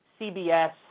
CBS